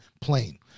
plane